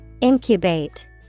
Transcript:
Incubate